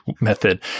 method